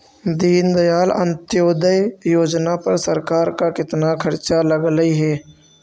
दीनदयाल अंत्योदय योजना पर सरकार का कितना खर्चा लगलई हे